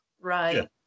right